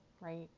right